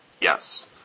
yes